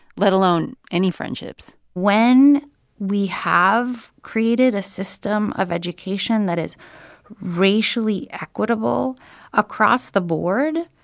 let alone any friendships when we have created a system of education that is racially equitable across the board,